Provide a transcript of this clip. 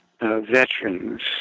veterans